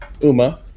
Uma